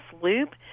loop